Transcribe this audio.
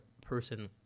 person